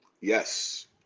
Yes